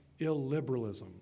illiberalism